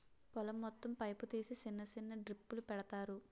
పొలం మొత్తం పైపు తీసి సిన్న సిన్న డ్రిప్పులు పెడతారు